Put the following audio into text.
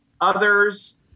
Others